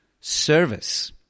service